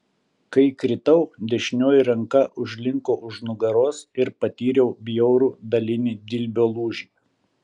kai kritau dešinioji ranka užlinko už nugaros ir patyriau bjaurų dalinį dilbio lūžį